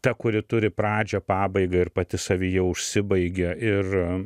ta kuri turi pradžią pabaigą ir pati savyje užsibaigia ir